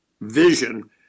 vision